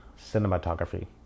cinematography